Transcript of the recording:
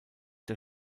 der